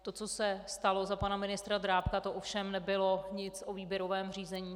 To, co se stalo za pana ministra Drábka, to ovšem nebylo nic o výběrovém řízení.